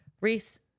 Reese